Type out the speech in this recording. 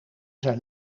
zijn